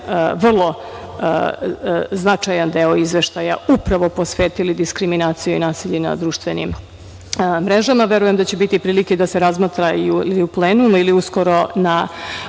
vrlo značajan deo izveštaja upravo posvetili diskriminaciji i nasilju na društvenim mrežama. Verujem da će biti prilike da se razmatra ili u plenumu ili uskoro na